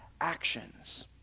actions